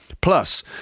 Plus